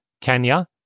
Kenya